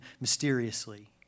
mysteriously